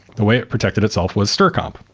the way it protected itself was strcomp.